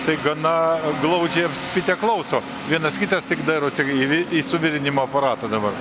tai gana glaudžiai apspitę klauso vienas kitas tik dairosi į į suvirinimo aparatą dabar